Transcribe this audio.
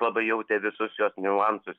labai jautė visus jos niuansus